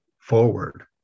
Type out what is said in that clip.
forward